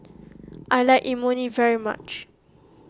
I like Imoni very much